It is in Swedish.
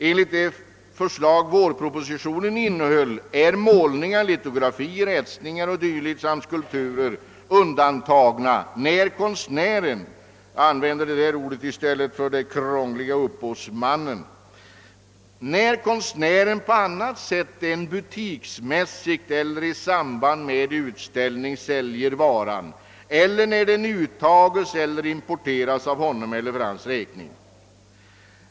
Enligt det förslag som vår propositionen innehöll är målningar, litografier, etsningar och dylikt samt skulpturer undantagna när konstnären — jag använder detta ord i stället för det krångliga ordet upphovsmannen — på annat sätt än butiksmässigt eller i samband med utställning säljer varan eller när den uttages eller importeras av honom eller för hans räkning.